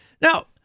Now